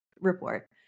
report